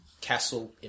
Castle